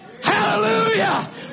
Hallelujah